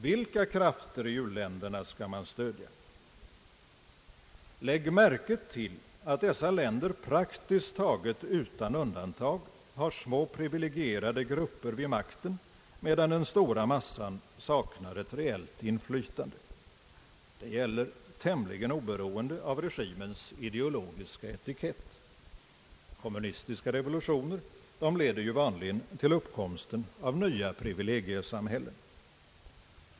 Vilka krafter i u-länderna skall man stödja? Lägg märke till att dessa länder praktiskt taget utan undantag har små privilegierade grupper vid makten medan den stora massan saknar ett reellt inflytande. Det gäller tämligen oberoende av regimens ideologiska etikett. Kommunistiska revolutioner leder vanligen till uppkomsten av nya privilegiesamhällen.